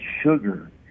sugar